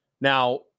Now